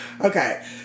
Okay